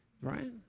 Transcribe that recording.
Right